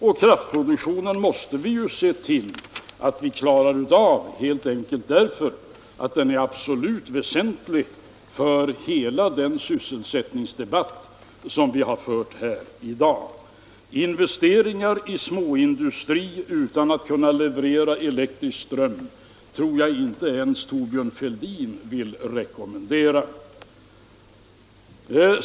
Och kraftproduktionen måste vi se till att klara av helt enkelt därför att den är absolut väsentlig för hela den sysselsättning som vi har debatterat här i dag. Investeringar i småindustri om vi inte kan leverera elektrisk ström tror jag inte ens att Thorbjörn Fälldin vill rekommendera.